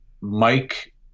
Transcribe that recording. Mike